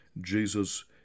Jesus